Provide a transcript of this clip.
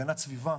הגנת סביבה.